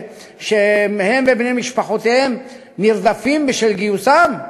שהם ובני משפחותיהם נרדפים בשל גיוסם?